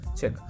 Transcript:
check